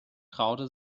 traute